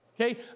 okay